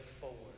forward